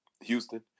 Houston